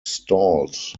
stalls